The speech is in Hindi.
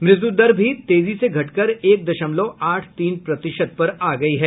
मृत्यु दर भी तेजी से घटकर एक दशमलव आठ तीन प्रतिशत पर आ गई है